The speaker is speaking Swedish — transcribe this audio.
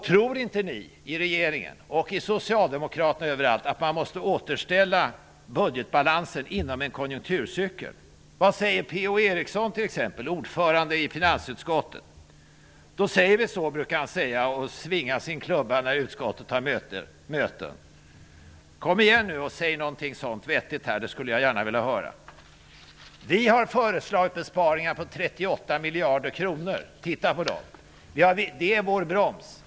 Tror inte ni i regeringen och ni socialdemokrater att man måste återställa budgetbalansen inom en konjunkturcykel? Vad säger t.ex. P-O Eriksson, ordförande i finansutskottet? ''Då säger vi så'', brukar han säga och svinga sin klubba när utskottet har möten. Kom igen nu och säg något vettigt här! Det skulle jag gärna vilja höra. Vi har föreslagit besparingar på 38 miljarder kronor. Titta på dem! Det är vår broms.